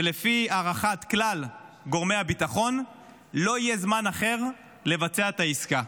ולפי הערכת כלל גורמי הביטחון לא יהיה זמן אחר לבצע את העסקה.